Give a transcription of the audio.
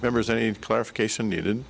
members any clarification